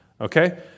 Okay